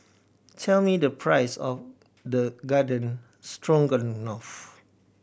tell me the price of the Garden Stroganoff